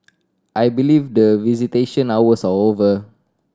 I believe the visitation hours are over